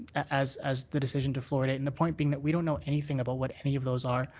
as as the decision to fluoridate. and the point being that we don't know anything about what any of those are.